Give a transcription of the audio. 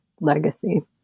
legacy